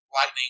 lightning